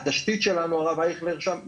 התשתית שלנו שם,